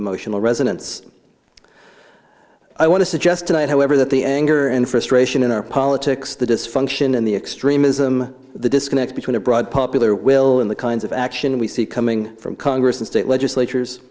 emotional resonance i want to suggest tonight however that the anger and frustration in our politics the dysfunction and the extremism the disconnect between a broad popular will in the kinds of action we see coming from congress and state legislatures